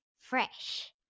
fresh